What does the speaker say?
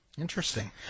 interesting